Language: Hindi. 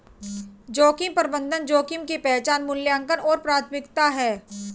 जोखिम प्रबंधन जोखिमों की पहचान मूल्यांकन और प्राथमिकता है